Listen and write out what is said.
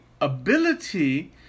ability